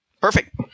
Perfect